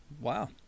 Wow